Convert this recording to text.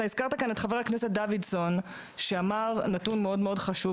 הזכרת את חבר הכנסת דוידסון שאמר נתון חשוב מאוד,